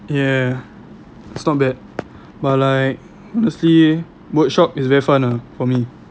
ya it's not bad but like honestly workshop is very fun ah for me